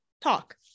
talk